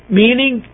meaning